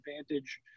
advantage